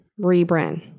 rebrand